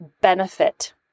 benefit